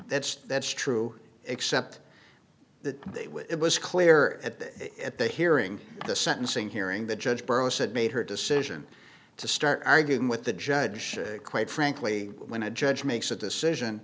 that's that's true except that they would it was clear that at the hearing the sentencing hearing the judge burroughs had made her decision to start arguing with the judge quite frankly when a judge makes a decision